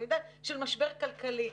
של משבר כלכלי,